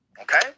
okay